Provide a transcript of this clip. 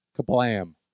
Kablam